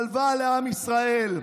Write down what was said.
שלווה לעם ישראל.